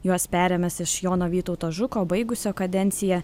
juos perėmęs iš jono vytauto žuko baigusio kadenciją